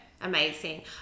amazing